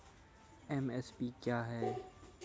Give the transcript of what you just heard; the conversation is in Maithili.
एम.एस.पी क्या है?